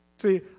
See